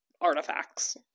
artifacts